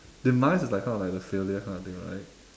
demise is like kind of like the failure kind of thing right